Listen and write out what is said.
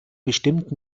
bestimmt